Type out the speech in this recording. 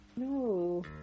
No